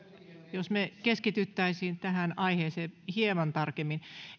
jos me keskittyisimme tähän aiheeseen hieman tarkemmin